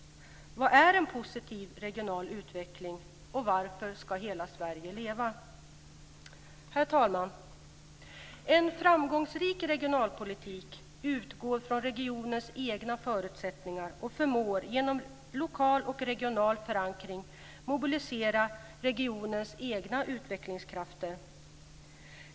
Vad är en positiv regional utveckling? Och varför ska hela Sverige leva? Herr talman! En framgångsrik regionalpolitik utgår från regionens egna förutsättningar och förmår genom lokal och regional förankring mobilisera regionens egna utvecklingskrafter.